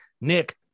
Nick